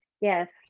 Yes